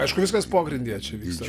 aišku viskas pogrindyje čia vyksta